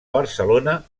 barcelona